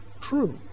true